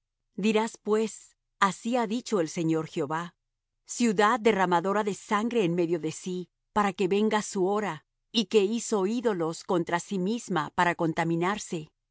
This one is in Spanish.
dirás pues así ha dicho el señor jehová ciudad derramadora de sangre en medio de sí para que venga su hora y que hizo ídolos contra sí misma para contaminarse